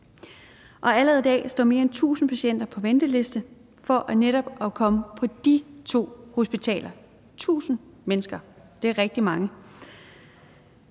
og allerede i dag står mere end 1.000 patienter på venteliste for netop at komme på de to hospitaler. 1.000 mennesker er jo rigtig mange,